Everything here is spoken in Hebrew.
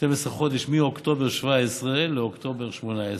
12 חודש מאוקטובר 2017 לאוקטובר 2018,